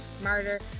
smarter